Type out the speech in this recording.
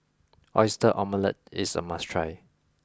Oyster Omelette is a must try